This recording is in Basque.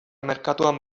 merkatuan